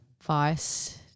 advice